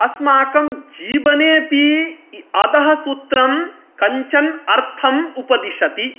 अस्माकं जीवनेपि इ अदः सूत्रं कञ्चन अर्थम् उपदिशति